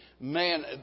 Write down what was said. Man